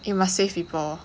you must save people